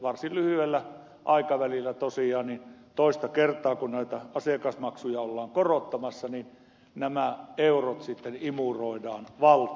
varsin lyhyellä aikavälillä tosiaan kun toista kertaa asiakasmaksuja ollaan korottamassa nämä eurot imuroidaan valtiolle